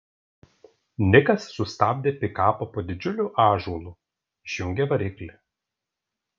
nikas sustabdė pikapą po didžiuliu ąžuolu išjungė variklį